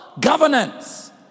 governance